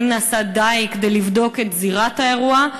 האם נעשה די לבדוק את זירת האירוע,